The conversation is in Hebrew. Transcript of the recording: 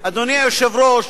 אדוני היושב-ראש,